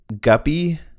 Guppy